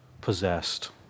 possessed